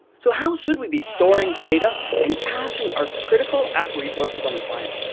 so how should we be storing data and caching our critical apps resources on the client?